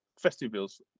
festivals